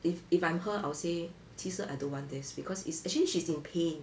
if if I'm her I'll say 其实 I don't want this because it's actually she's in pain